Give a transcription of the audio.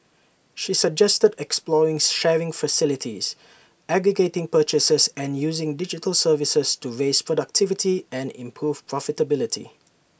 she suggested exploring sharing facilities aggregating purchases and using digital services to raise productivity and improve profitability